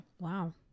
Wow